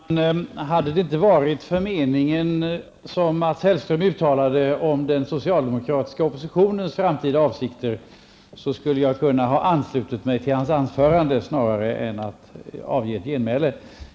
Herr talman! Hade det inte varit för meningen där Mats Hellström uttalade sig om den socialdemokratiska oppositionens framtida avsikter skulle jag kunna ha anslutit mig till hans anförande, snarare än att komma med ett genmäle.